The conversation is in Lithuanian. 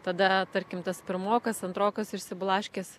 tada tarkim tas pirmokas antrokas išsiblaškęs